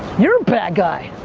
you're a bad guy.